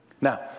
Now